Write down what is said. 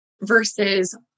versus